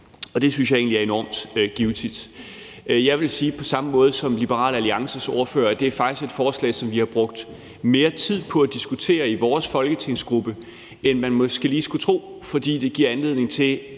og det synes jeg egentlig er enormt givtigt. Jeg vil på samme måde som Liberal Alliances ordfører sige, at det faktisk er et forslag, som vi i vores folketingsgruppe har brugt mere tid på diskutere, end man måske lige skulle tro, fordi det giver anledning til